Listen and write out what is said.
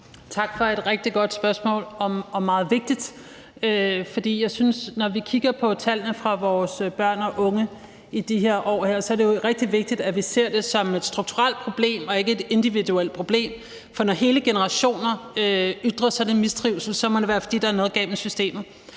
Tak for et rigtig godt spørgsmål og meget vigtigt spørgsmål, for jeg synes, at når vi kigger på tallene om vores børn og unge i de her år, er det jo rigtig vigtigt, at vi ser det som et strukturelt problem og ikke et individuelt problem, for når hele generationer har sådan en mistrivsel, må det være, fordi der er noget galt med systemet.